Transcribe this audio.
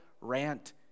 rant